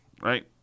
right